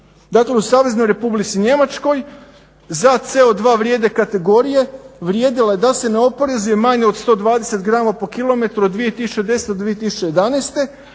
Dakle u Saveznoj Republici Njemačkoj za CO2 vrijede kategorije, vrijedila je da se ne oporezuje manje od 120 grama po kilometru od 2010. do 2011.,